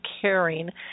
Caring